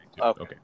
Okay